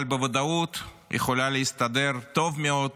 אבל בוודאות יכולה להסתדר טוב מאוד